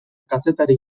kazetari